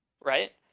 right